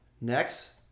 Next